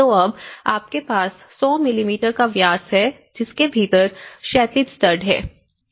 तो अब आपके पास 100 मिमी का व्यास है जिसके भीतर क्षैतिज स्टड है